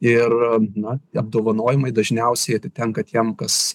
ir na apdovanojimai dažniausiai atitenka tiem kas